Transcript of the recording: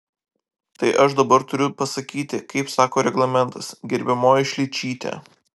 tai aš dabar turiu pasakyti kaip sako reglamentas gerbiamoji šličyte